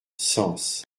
sens